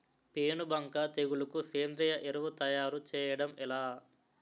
పేను బంక తెగులుకు సేంద్రీయ ఎరువు తయారు చేయడం ఎలా?